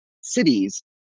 cities